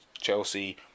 Chelsea